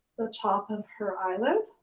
the top of her eyelid.